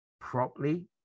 properly